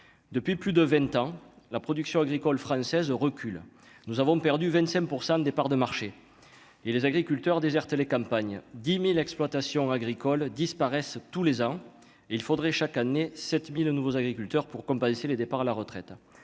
depuis plus de 20 ans, la production agricole française recule, nous avons perdu 25 pour 100 des parts de marché et les agriculteurs déserter les campagnes 10000 exploitations agricoles disparaissent tous les ans il faudrait chaque année 7000 nouveaux agriculteurs pour compenser les départs à la retraite,